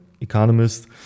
economist